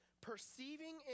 perceiving